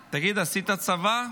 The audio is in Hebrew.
תגיד, עשית צבא?